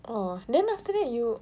oh then after that you